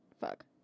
fuck